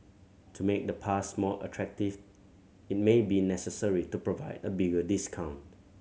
to make the pass more attractive it may be necessary to provide a bigger discount